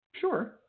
Sure